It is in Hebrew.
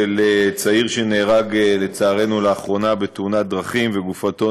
של צעיר שנהרג לצערנו לאחרונה בתאונת דרכים וגופתו